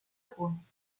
punt